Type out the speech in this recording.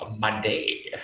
Monday